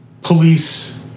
police